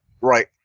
right